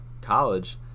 college